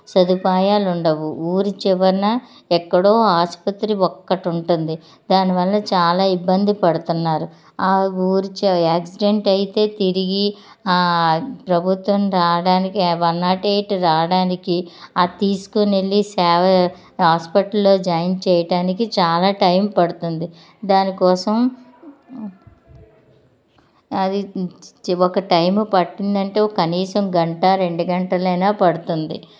సదుపాయాలు ఉండవు ఊరి చివర ఎక్కడో ఆసుపత్రి ఒకటి ఉంటుంది దానివల్ల చాలా ఇబ్బంది పడుతున్నారు ఆ ఊరి చివ యాక్సిడెంట్ అయితే తిరిగి ప్రభుత్వం రావడానికి వన్ నాట్ ఎయిట్ రావడానికి అది తీసుకుని వెళ్ళి సేవ హాస్పిటల్లో జాయిన్ చేయటానికి చాలా టైం పడుతుంది దానికోసం అవి చి ఒక టైం పట్టింది అంటే కనీసం గంట రెండు గంటలు అయిన పడుతుంది